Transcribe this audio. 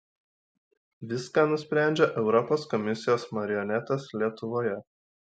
viską nusprendžia europos komisijos marionetės lietuvoje